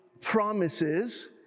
promises